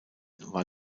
war